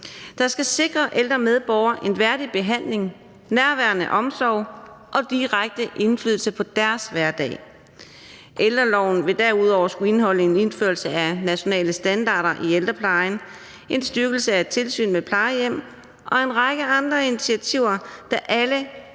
der skal sikre ældre medborgere en værdig behandling, en nærværende omsorg og direkte indflydelse på deres hverdag. Ældreloven vil derudover skulle indeholde en indførelse af nationale standarder i ældreplejen, en styrkelse af tilsynet med plejehjem og en række andre initiativer, der alle